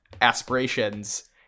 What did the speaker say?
aspirations